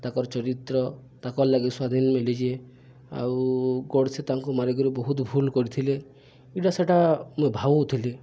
ତାକର୍ ଚରିତ୍ର ତାକର୍ ଲାଗି ସ୍ଵାଧୀନ୍ ମିଳିଛେ ଆଉ ଗଡ଼ସେ ତାଙ୍କୁ ମାରିକରି ବହୁତ୍ ଭୁଲ୍ କରିଥିଲେ ଇଟା ସେଟା ମୁଇଁ ଭାବୁଥିଲି